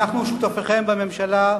שותפיכם בממשלה,